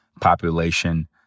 population